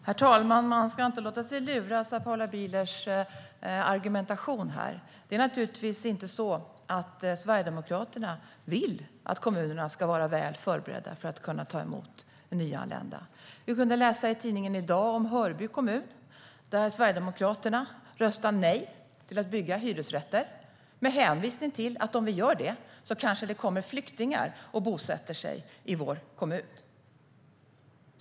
Herr talman! Man ska inte låta sig luras av Paula Bielers argumentation. Det är naturligtvis inte så att Sverigedemokraterna vill att kommunerna ska vara väl förberedda för att kunna ta emot nyanlända. Vi kunde läsa i tidningen i dag om Hörby kommun. Där röstar Sverigedemokraterna nej till att bygga hyresrätter med hänvisning till att om de gör det kanske det kommer flyktingar och bosätter sig i kommunen.